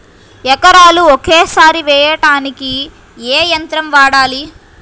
ఎకరాలు ఒకేసారి వేయడానికి ఏ యంత్రం వాడాలి?